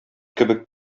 кебек